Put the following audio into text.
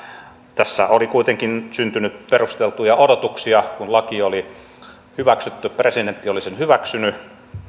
tässä oli kuitenkin syntynyt perusteltuja odotuksia kun laki oli hyväksytty presidentti oli sen hyväksynyt